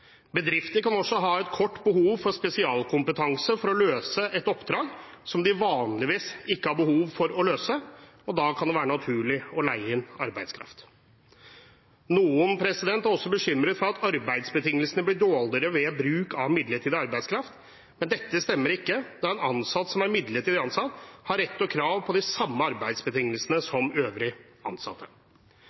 Bedrifter kan også ha et kortsiktig behov for spesialkompetanse for å løse oppdrag som de vanligvis ikke har behov for å løse, og da kan det være naturlig å leie inn arbeidskraft. Noen er også bekymret for at arbeidsbetingelsene blir dårligere ved bruk av midlertidig arbeidskraft, men dette stemmer ikke da midlertidig ansatte har rett til og krav på de samme arbeidsbetingelsene som øvrige ansatte.